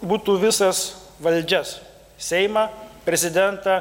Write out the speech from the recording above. būtų visas valdžias seimą prezidentą